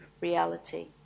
reality